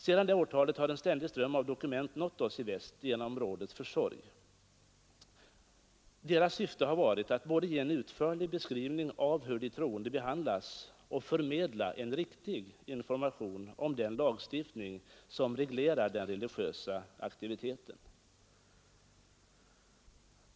Sedan detta år har en ständig ström av dokument nått oss i väst genom rådets försorg. Deras syfte har varit att både ge en utförlig beskrivning av hur de troende behandlas och förmedla en riktig information om den lagstiftning som reglerar den religiösa aktiviteten.